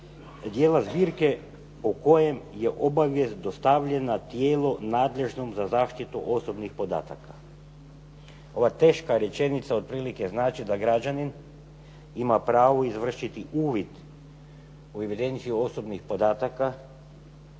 dijela zbirke o kojem je obavijest dostavljena tijelu nadležnom za zaštitu osobnih podataka. Ova teška rečenica otprilike znači da građanin ima pravo izvršiti uvid u evidenciju osobnih podataka